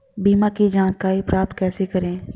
बीमा की जानकारी प्राप्त कैसे करें?